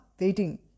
waiting